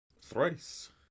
Thrice